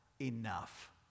enough